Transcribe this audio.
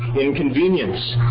inconvenience